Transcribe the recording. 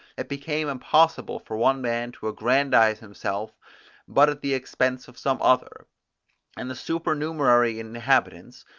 it became impossible for one man to aggrandise himself but at the expense of some other and the supernumerary inhabitants,